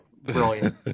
brilliant